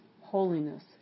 holiness